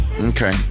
Okay